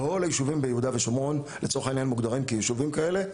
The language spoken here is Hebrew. כל היישובים ביהודה ושומרון מוגדרים כיישובים כאלה,